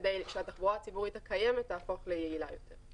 כדי שהתחבורה הציבורית הקיימת תהפוך ליעילה יותר.